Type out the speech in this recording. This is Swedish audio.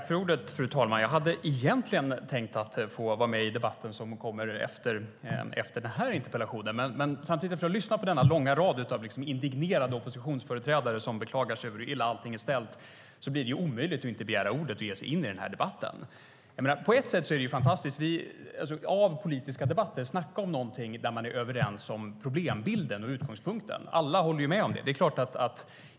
Fru talman! Jag hade egentligen tänkt delta i debatten som kommer efter denna interpellation. Samtidigt har jag lyssnat på denna långa rad indignerade oppositionsföreträdare som beklagar sig över hur illa allt är ställt, och då är det omöjligt att inte begära ordet och ge sig in i debatten. På ett sätt är den här debatten fantastisk i fråga om politiska debatter. Snacka om att vi här är överens om problembilden och utgångspunkten! Alla håller med.